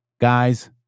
guys